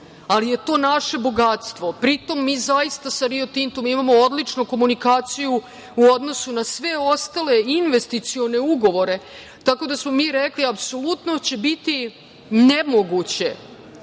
ali je to naše bogatstvo. Pri tome, mi zaista sa „Rio Tintom“ imamo odličnu komunikaciju u odnosu na sve ostale investicione ugovore, tako da smo mi rekli – apsolutno će biti nemoguće